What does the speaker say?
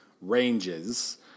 ranges